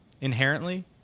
inherently